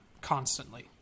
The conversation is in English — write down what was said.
constantly